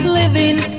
living